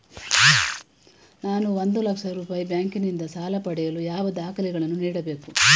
ನಾನು ಒಂದು ಲಕ್ಷ ರೂಪಾಯಿ ಬ್ಯಾಂಕಿನಿಂದ ಸಾಲ ಪಡೆಯಲು ಯಾವ ದಾಖಲೆಗಳನ್ನು ನೀಡಬೇಕು?